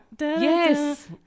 Yes